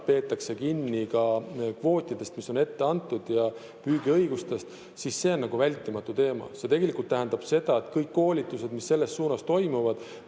peetakse kinni ka kvootidest, mis on ette antud, ja püügiõigustest, siis see on vältimatu teema. See tegelikult tähendab seda, et kõik koolitused, mis selles suunas toimuvad,